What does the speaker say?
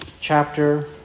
chapter